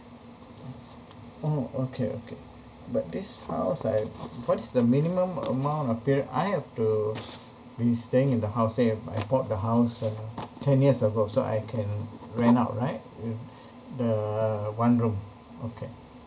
oh okay okay but this files I what is the minimum amount of period I have to be staying in the house say I bought the house uh ten years ago so I can rent out right with the one room okay